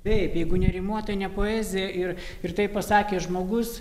taip jeigu nerimuotai ne poezija ir ir taip pasakė žmogus